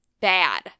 bad